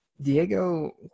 Diego